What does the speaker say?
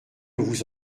vous